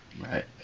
right